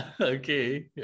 Okay